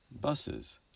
Buses